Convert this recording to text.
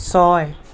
ছয়